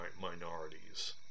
minorities